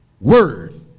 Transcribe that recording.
word